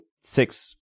six